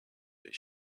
but